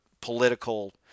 political